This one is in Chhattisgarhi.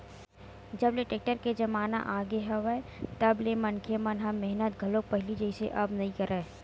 जब ले टेक्टर के जमाना आगे हवय तब ले मनखे मन ह मेहनत घलो पहिली जइसे अब नइ करय